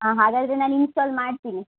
ಹಾಂ ಹಾಗಾದರೆ ನಾನು ಇನ್ಸ್ಟಾಲ್ ಮಾಡ್ತಿನಿ